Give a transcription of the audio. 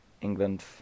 England